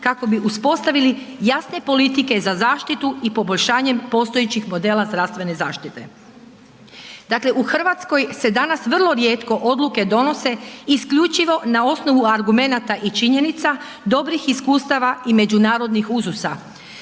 kako bi uspostavili jasne politike za zaštitu i poboljšanje postojećih zdravstvene zaštite. Dakle u Hrvatskoj se danas vrlo rijetko odluke donose isključivo na osnovu argumenata i činjenica, dobrih iskustava i međunarodnih uzusa.